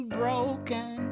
broken